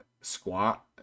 squat